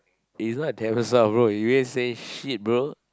is not troublesome bro you go and say shit bro